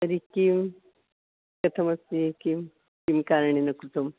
तर्हि किं कथमस्ति किं किं कारणेन कृतं